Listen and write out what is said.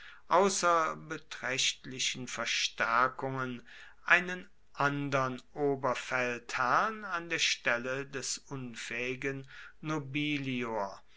außer beträchtlichen verstärkungen einen andern oberfeldherrn an der stelle des unfähigen nobilior